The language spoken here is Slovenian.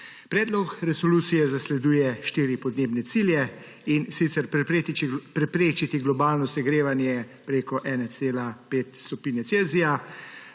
Predlog resolucije zasleduje štiri podnebne cilje, in sicer preprečiti globalno segrevanje preko 1,5 stopinje Celzija,